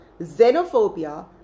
xenophobia